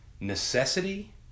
necessity